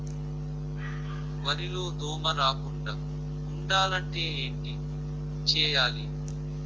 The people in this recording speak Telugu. వరిలో దోమ రాకుండ ఉండాలంటే ఏంటి చేయాలి?